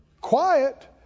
quiet